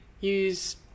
use